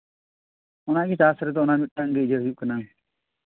ᱚᱱᱟᱜᱮ ᱪᱟᱥ ᱨᱮᱫᱚ ᱚᱱᱟ ᱢᱤᱫᱴᱟᱝ ᱜᱮ ᱤᱭᱟᱹ ᱦᱩᱭᱩᱜ ᱠᱟᱱᱟ